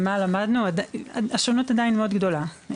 השונות עדיין מאוד גדולה.